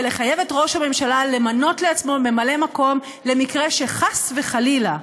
ולחייב את ראש הממשלה למנות לעצמו ממלא מקום למקרה שחס וחלילה,